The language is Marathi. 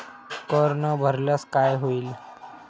कर न भरल्यास काय होईल?